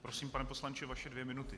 Prosím, pane poslanče, vaše dvě minuty.